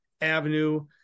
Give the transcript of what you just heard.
avenue